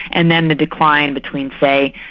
and then the decline between, say,